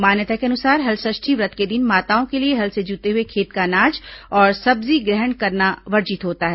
मान्यता के अनुसार हलषष्ठी व्रत के दिन माताओं के लिए हल से जुते हुए खेत का अनाज और सब्जी ग्रहण करना वर्जित होता है